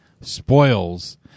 spoils